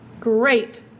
great